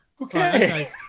okay